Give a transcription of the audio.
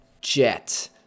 Jet